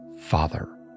father